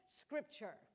scripture